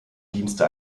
dienste